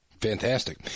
Fantastic